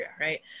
right